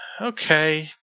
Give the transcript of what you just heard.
Okay